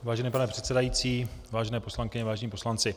Vážený pane předsedající, vážené poslankyně, vážení poslanci.